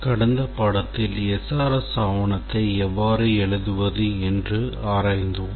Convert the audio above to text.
கடந்த பாடத்தில் SRS ஆவணத்தை எவ்வாறு எழுதுவது என்று ஆராய்ந்தோம்